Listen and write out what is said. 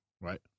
right